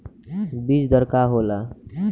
बीज दर का होला?